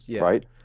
right